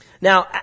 Now